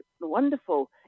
wonderful